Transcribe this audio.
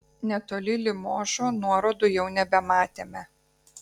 netoli limožo nuorodų jau nebematėme